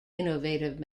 innovative